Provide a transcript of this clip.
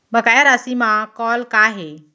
बकाया राशि मा कॉल का हे?